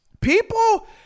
people